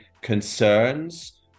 concerns